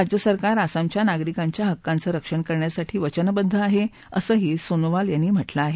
राज्य सरकार आसामच्या नागरिकांच्या हक्कांचं रक्षण करण्यासाठी वचनबद्ध आहे असंही सोनोवाल यांनी म्हटलं आहे